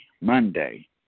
Monday